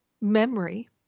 memory